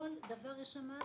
כל דבר יש שם.